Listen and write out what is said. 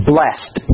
Blessed